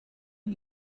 are